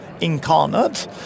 incarnate